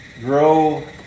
grow